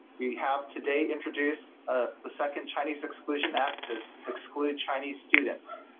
we have today introduced a second chinese exclusion act to exclude chinese students.